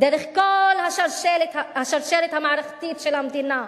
דרך כל השרשרת המערכתית של המדינה.